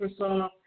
Microsoft